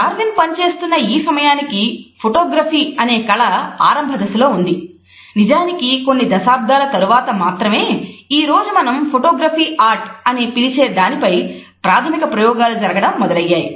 Darwin అని పిలిచే దానిపై ప్రాథమిక ప్రయోగాలు జరగడం మొదలయ్యాయి